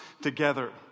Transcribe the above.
together